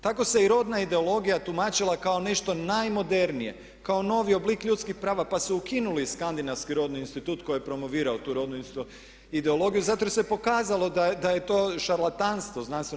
Tako se i rodna ideologija tumačila kao nešto najmodernije, kao novi oblik ljudskih prava pa su ukinuli skandinavski rodni institut koji je promovirao tu radnu ideologiju zato jer se pokazalo da je to šarlatanstvo znanstveno.